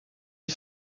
les